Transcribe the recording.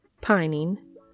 Pining